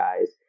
guys